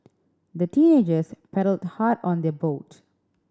the teenagers paddled hard on their boat